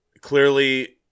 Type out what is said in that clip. clearly